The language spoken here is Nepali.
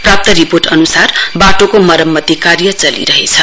प्राप्त रिपोर्ट अन्सार बाटोको मरम्मति कार्य चलिरहेछ